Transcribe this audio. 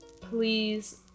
please